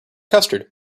custard